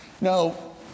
No